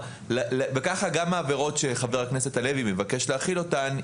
וככה גם העבירות שחבר הכנסת הלוי מבקש להחיל אותן,